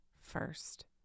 first